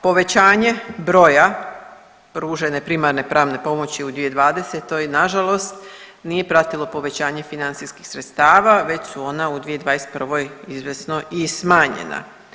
Povećanje broja pružene primarne pravne pomoći u 2020. nažalost nije pratilo povećanje financijskih sredstava već su ona u 2021. izvjesno i smanjena.